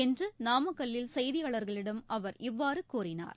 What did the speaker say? இன்று நாமக்கல்லில் செய்தியாளர்களிடம் பேசுகையில் அவர் இவ்வாறு கூறினார்